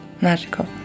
magical